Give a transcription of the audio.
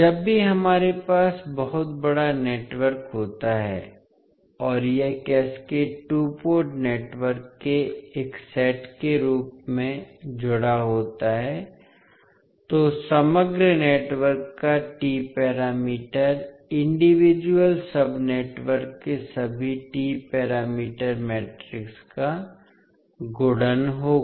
जब भी हमारे पास बहुत बड़ा नेटवर्क होता है और यह कैस्केड टू पोर्ट नेटवर्क के एक सेट के रूप में जुड़ा होता है तो समग्र नेटवर्क का T parameter individual sub network के सभी T पैरामीटर मैट्रिक्स का गुणन होगा